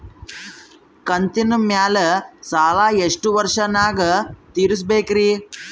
ಕಂತಿನ ಮ್ಯಾಲ ಸಾಲಾ ಎಷ್ಟ ವರ್ಷ ನ್ಯಾಗ ತೀರಸ ಬೇಕ್ರಿ?